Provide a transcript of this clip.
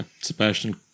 Sebastian